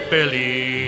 Billy